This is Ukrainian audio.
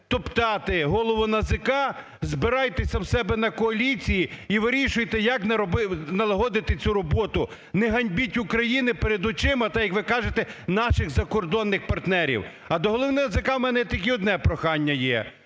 топтати голову НАЗК, збирайтеся в себе на коаліції і вирішуйте, як налагодити цю роботу, не ганьбіть України перед очима так, як ви кажете, наших закордонних партнерів. А до голови НАЗК в мене тільки одне прохання є.